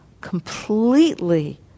completely